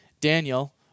Daniel